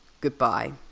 goodbye